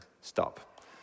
stop